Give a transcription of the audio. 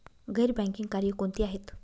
गैर बँकिंग कार्य कोणती आहेत?